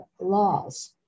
laws